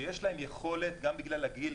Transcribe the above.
שיש להם יכולת גם בגלל הגיל,